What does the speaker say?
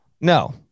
No